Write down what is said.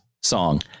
song